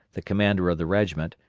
the commander of the regiment,